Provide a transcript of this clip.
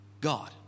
God